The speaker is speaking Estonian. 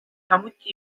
samuti